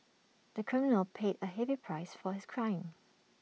the criminal paid A heavy price for his crime